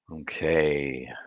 Okay